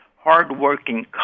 hardworking